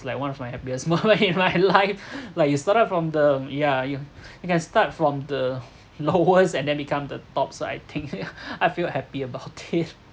like one of my happiest moment in my life like you start up from the ya you you can start from the lowest and then become the topside I think yeah I feel happy about it